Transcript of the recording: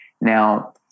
Now